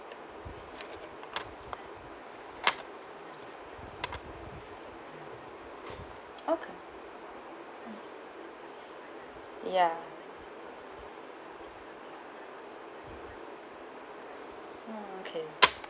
oh okay mm ya okay